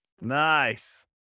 Nice